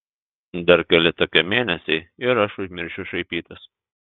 dar keli tokie mėnesiai ir aš užmiršiu šaipytis